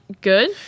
good